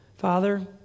Father